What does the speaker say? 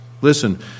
Listen